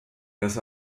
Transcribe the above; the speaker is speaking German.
des